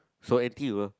so n_t_u uh